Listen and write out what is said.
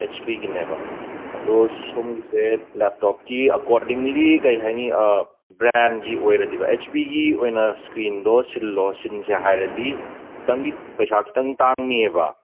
H ꯄꯤꯒꯤꯅꯦꯕ ꯑꯗꯣ ꯁꯣꯝꯒꯤꯁꯦ ꯂꯦꯞꯇꯣꯞꯀꯤ ꯑꯀꯣꯔꯗꯤꯡꯂꯤ ꯀꯔꯤ ꯍꯥꯏꯅꯤ ꯕ꯭ꯔꯥꯟꯒꯤ ꯑꯣꯏꯔꯗꯤꯕ ꯑꯩꯆ ꯄꯤꯒꯤ ꯑꯣꯏꯅ ꯏꯁꯀ꯭ꯔꯤꯟꯗꯣ ꯁꯤꯜꯂꯣ ꯁꯤꯟꯁꯦ ꯍꯥꯏꯔꯗꯤ ꯈꯤꯇꯪꯗꯤ ꯄꯩꯁꯥ ꯈꯤꯇꯪ ꯇꯥꯡꯅꯦꯕ